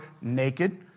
naked